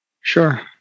Sure